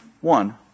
one